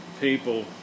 people